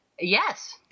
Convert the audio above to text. yes